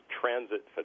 transit